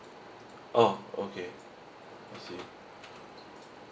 oh okay I see